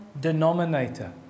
denominator